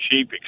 cheap